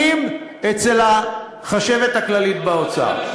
מהלכים אצל החשבת הכללית באוצר.